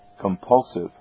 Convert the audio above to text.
compulsive